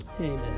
Amen